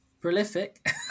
prolific